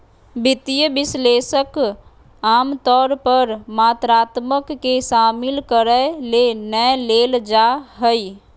वित्तीय विश्लेषक आमतौर पर मात्रात्मक के शामिल करय ले नै लेल जा हइ